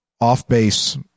off-base